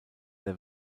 der